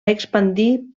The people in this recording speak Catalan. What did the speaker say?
expandir